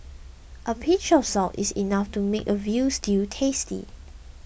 a pinch of salt is enough to make a Veal Stew tasty